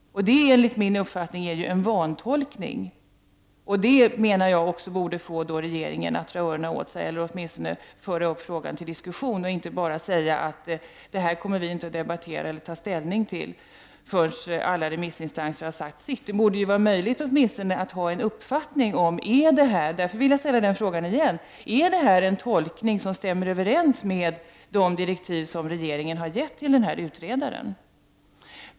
Det är enligt min uppfattning en vantolkning. Jag menar att det borde få regeringen att dra öronen åt sig eller åtminstone föra upp frågan till diskussion och inte bara säga att man inte kommer att debattera eller ta ställning till detta förrän alla remissinstanser har sagt sitt. Det borde vara möjligt att åtminstone ha en uppfattning. Jag ställer därför frågan igen: Är detta en tolkning som stämmer överens med de direktiv som regeringen har gett till utredaren?